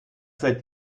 seid